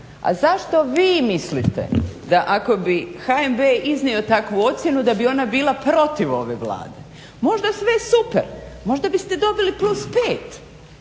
a zašto vi mislite da ako bi HNB iznio takvu ocjenu da bi ona bila protiv ove Vlade. Možda sve super, možda biste dobili plus 5